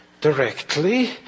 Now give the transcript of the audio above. directly